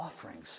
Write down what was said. offerings